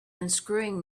unscrewing